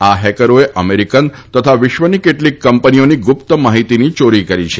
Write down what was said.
આ હેકરોએ અમેરિકન તથા વિશ્વની કેટલીક કંપનીઓની ગુપ્ત માહિતીની ચોરી કરી છે